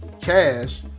cash